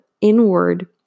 inward